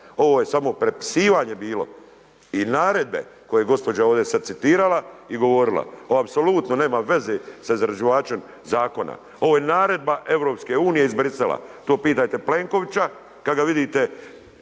Ovo je samo prepisivanje bilo i naredbe koje je gospođa ovdje sad citirala i govorila, ovo apsolutno nema veze sa izrađivačem zakona. Ovo je naredba EU iz Brisela, to pitajte Plenkovića kad ga vidite,